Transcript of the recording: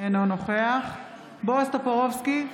אינו נוכח בועז טופורובסקי,